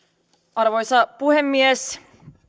arvoisa puhemies